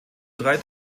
drei